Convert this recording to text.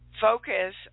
Focus